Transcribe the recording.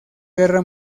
guerra